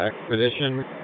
expedition